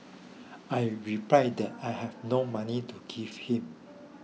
I replied that I had no money to give him